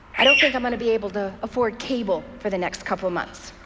i don't think i'm gonna to be able to afford cable for the next couple of months.